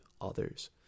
others